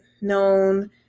known